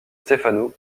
stefano